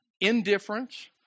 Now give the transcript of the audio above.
indifference